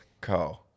Co